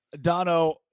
Dono